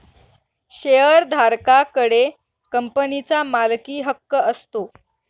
शेअरधारका कडे कंपनीचा मालकीहक्क असतो